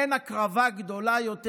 אין הקרבה גדולה יותר,